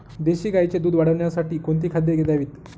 देशी गाईचे दूध वाढवण्यासाठी कोणती खाद्ये द्यावीत?